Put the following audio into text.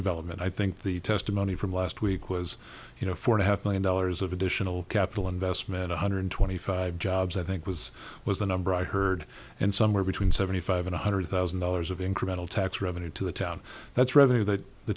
development i think the testimony from last week was you know four and a half million dollars of additional capital investment one hundred twenty five jobs i think was was the number i heard and somewhere between seventy five one hundred thousand dollars of incremental tax revenue to the town that's revenue that the